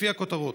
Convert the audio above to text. לפי הכותרות.